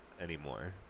anymore